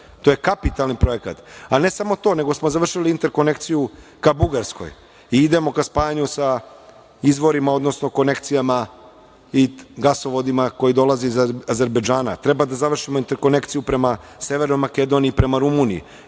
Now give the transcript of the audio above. To je kapitalni projekat. Ne samo to, nego smo završili interkonekciju ka Bugarskoj i idemo ka spajanju ka izvorima, odnosno konekcijama i gasovodima koji dolaze iz Azerbejdžana. Treba da završimo interkonekciju prema Severnoj Makedoniji i prema Rumuniji.